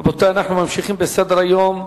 רבותי, אנחנו ממשיכים בסדר-היום: